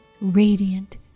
radiant